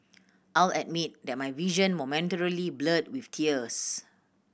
I'll admit that my vision momentarily blurred with tears